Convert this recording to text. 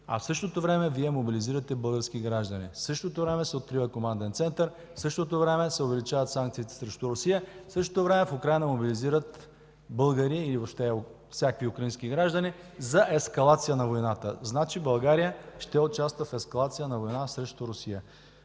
В същото време Вие мобилизирате български граждани. В същото време се открива Команден център. В същото време се увеличават санкциите срещу Русия. В същото време в Украйна мобилизират българи, въобще всякакви украински граждани, за ескалация на войната. Значи България ще участва в ескалация на война срещу Русия.